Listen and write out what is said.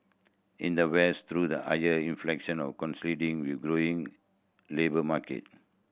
in the West through the higher with glowing labour market